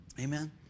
Amen